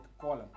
column